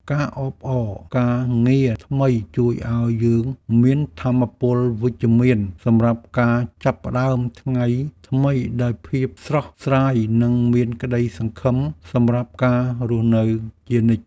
ការអបអរការងារថ្មីជួយឱ្យយើងមានថាមពលវិជ្ជមានសម្រាប់ការចាប់ផ្ដើមថ្ងៃថ្មីដោយភាពស្រស់ស្រាយនិងមានក្ដីសង្ឃឹមសម្រាប់ការរស់នៅជានិច្ច។